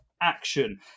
action